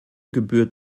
gebührt